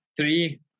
three